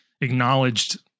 acknowledged